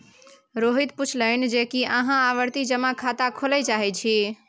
रोहित पुछलनि जे की अहाँ आवर्ती जमा खाता खोलय चाहैत छी